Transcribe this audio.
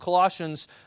Colossians